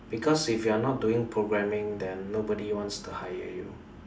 because if you're not doing programming then nobody wants to hire you